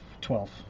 Twelve